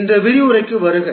இந்த விரிவுரைக்கு வருக